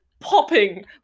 Popping